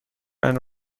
and